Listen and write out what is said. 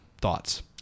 thoughts